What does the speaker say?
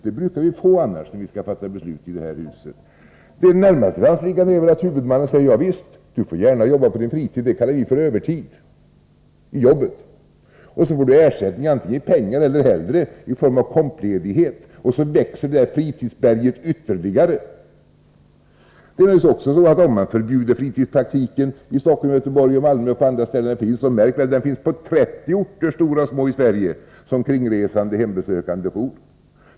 Sådana uppgifter brukar ju annars föreligga när vi i det här huset skall fatta beslut. Det närmast till hands liggande är väl att huvudmannen säger: Javisst, du får gärna jobba på din fritid. Det kallar vi för övertid i jobbet. Du får ersättning antingen i pengar eller, hellre, i form av kompledighet. På det sättet växer ”fritidsberget” ytterligare. Det är naturligtvis också så, att om man förbjuder fritidspraktiken i Stockholm, Göteborg, Malmö eller på andra ställen, finns den ändå på 30 orter, stora som små, i Sverige i form av kringresande hembesökande jour.